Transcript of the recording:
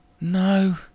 No